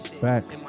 Facts